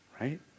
right